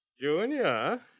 Junior